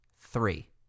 three